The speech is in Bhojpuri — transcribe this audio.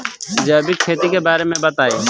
जैविक खेती के बारे में बताइ